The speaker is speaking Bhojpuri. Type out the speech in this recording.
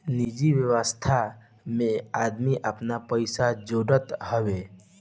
निजि व्यवस्था में आदमी आपन पइसा जोड़त हवे